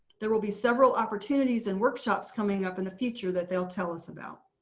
there will be several opportunities and workshops coming up in the future that they'll tell us about.